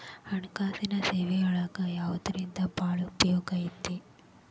ಹಣ್ಕಾಸಿನ್ ಸೇವಾಗಳೊಳಗ ಯವ್ದರಿಂದಾ ಭಾಳ್ ಉಪಯೊಗೈತಿ?